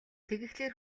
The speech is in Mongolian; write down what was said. тэгэхлээр